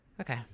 okay